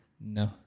No